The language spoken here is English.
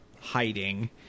hiding